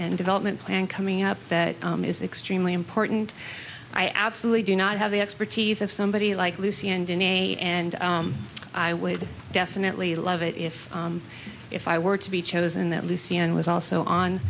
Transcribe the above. and development plan coming up that is extremely important i absolutely do not have the expertise of somebody like lucy and in a and i would definitely love it if if i were to be chosen that lucien was also on